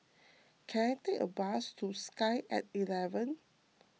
can I take a bus to Sky at eleven